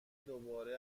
دوباره